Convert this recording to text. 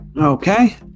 Okay